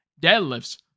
deadlifts